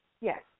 Yes